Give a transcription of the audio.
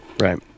Right